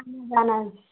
اہن حظ اہن حظ